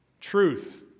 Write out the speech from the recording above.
truth